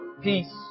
peace